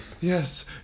Yes